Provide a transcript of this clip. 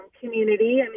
community